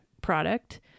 product